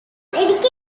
educated